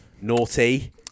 Naughty